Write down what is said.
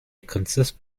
consist